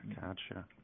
gotcha